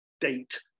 date